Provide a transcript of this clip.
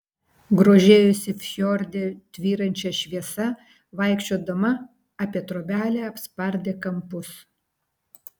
grožėjosi fjorde tvyrančia šviesa vaikščiodama apie trobelę apspardė kampus